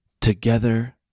together